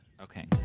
Okay